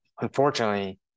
unfortunately